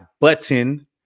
button